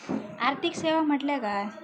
आर्थिक सेवा म्हटल्या काय?